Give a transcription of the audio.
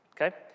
okay